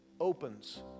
opens